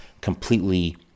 completely